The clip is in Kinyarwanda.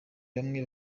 bamwe